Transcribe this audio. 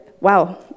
wow